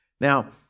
Now